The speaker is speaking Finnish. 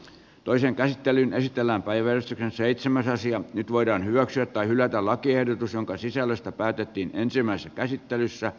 toisen käsittelyn esitellään päivän seitsemän raision nyt voidaan hyväksyä tai hylätä lakiehdotus jonka sisällöstä päätettiin ensimmäisessä käsittelyssä